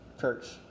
church